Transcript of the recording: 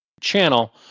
channel